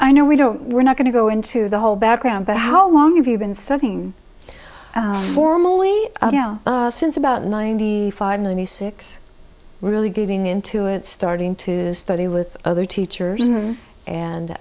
i know we don't we're not going to go into the whole background but how long have you been studying formally since about ninety five ninety six really getting into it starting to study with other teachers